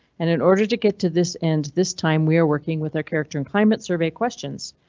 and in order to get to this end this time we are working with our character in climate survey questions.